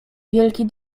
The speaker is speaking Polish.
wielki